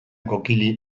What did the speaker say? koikili